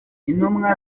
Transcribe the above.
intumwa